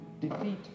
defeat